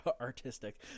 artistic